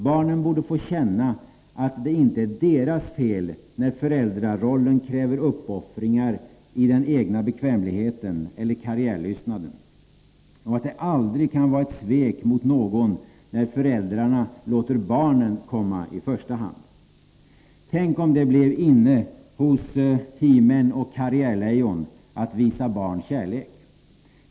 Barnen borde få känna att det inte är deras fel att föräldrarollen kräver uppoffringar i den egna — Nr 11 bekvämligheten eller karriärlystnaden, och att det aldrig kan vara ett svek rot någon när föräldrarna låter barnen komma i första hand. Tänk om det blev inne hos ”he-men” och karriärlejon att visa barn kärlek!